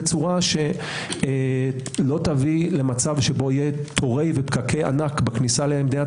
אך בצורה שלא תביא למצב שבו יהיה תורי ופקקי ענק בכניסה למדינת